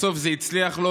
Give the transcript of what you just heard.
בסוף זה הצליח לו,